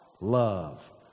love